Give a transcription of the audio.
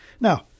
Now